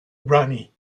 ronnie